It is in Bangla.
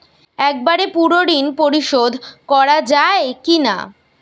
একবারে পুরো ঋণ পরিশোধ করা যায় কি না?